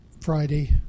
Friday